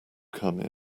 come